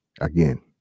Again